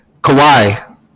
Kawhi